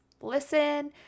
listen